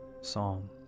Psalm